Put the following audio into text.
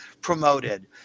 promoted